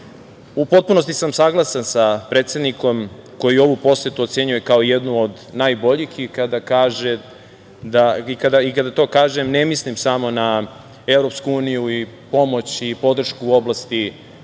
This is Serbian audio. potpunosti sam saglasan sa predsednikom koji ovu posetu ocenjuje kao jednu od najboljih i kada to kažem ne mislim samo na EU i pomoć i podršku u oblasti